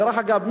דרך אגב,